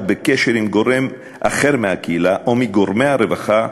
בקשר עם גורם אחר מהקהילה או מגורמי הרווחה,